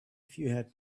had